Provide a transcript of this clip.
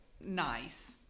Nice